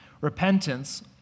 Repentance